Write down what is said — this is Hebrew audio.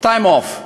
time off.